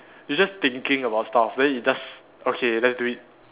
you're just thinking about stuff then you just okay let's do it